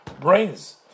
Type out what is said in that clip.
brains